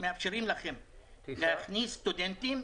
יאפשרו לנו להכניס סטודנטים,